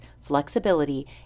flexibility